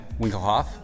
Winkelhoff